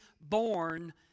born